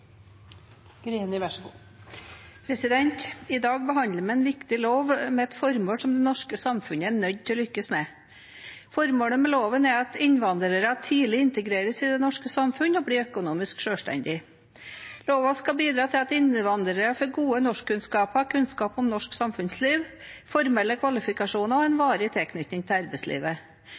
nødt til å lykkes med. Formålet med loven er at innvandrere tidlig integreres i det norske samfunnet og blir økonomisk selvstendige. Loven skal bidra til at innvandrere får gode norskkunnskaper, kunnskap om norsk samfunnsliv, formelle kvalifikasjoner og en varig tilknytning til arbeidslivet.